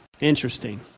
Interesting